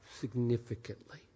significantly